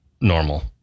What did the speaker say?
normal